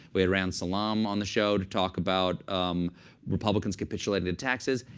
we had reihan salam on the show to talk about um republicans capitulating taxes.